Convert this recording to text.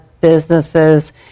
businesses